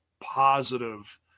positive